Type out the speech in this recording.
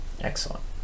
excellent